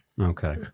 Okay